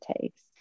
takes